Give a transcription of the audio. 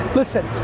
listen